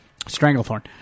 Stranglethorn